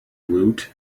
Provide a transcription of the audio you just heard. woot